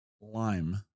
lime